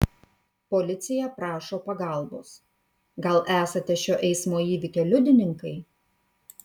policija prašo pagalbos gal esate šio eismo įvykio liudininkai